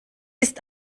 ist